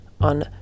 on